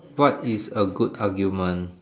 what is a good argument